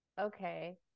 okay